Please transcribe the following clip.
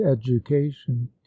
education